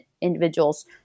individuals